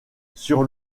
sur